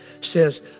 says